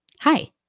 Hi